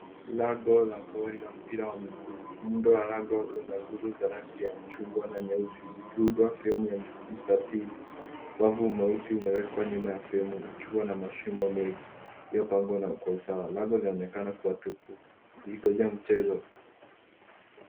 Lango la goli la mpira wa miguu. Muundo wa lango una nguzo za rangi ya chungwa na nyeusi zikiunda fremu ya mstatili. Wavu mweusi umewekwa nyuma ya fremu ukiwa na mashimo mengi iliyopangwa kwa usawa. Lango linaonekana kuwa tupu ilikojaa michezo.